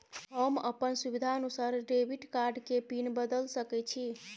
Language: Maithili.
हम अपन सुविधानुसार डेबिट कार्ड के पिन बदल सके छि?